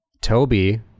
Toby